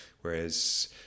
whereas